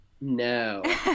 No